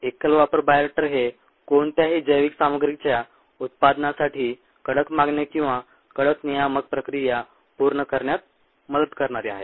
एकल वापर बायोरिएक्टर हे कोणत्याही जैविक सामग्रीच्या उत्पादनासाठी कडक मागण्या किंवा कडक नियामक प्रक्रिया पूर्ण करण्यात मदत करणारे आहेत